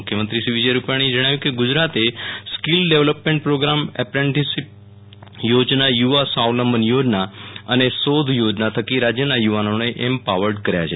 મુખ્યમંત્રી શ્રી વિજયભાઇ રૂપાણીએ જણાવ્યું છે કે ગુજરાતે સ્કિલ ડેવલપમેન્ટ પ્રોગ્રામ એપ્રેન્ટિસશીપ યોજના યુવા સ્વાવલંબન યોજના અને શોધ યોજના થકી રાજ્યના યુવાનોને એમ્પાવર્ડ કર્યા છે